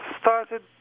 started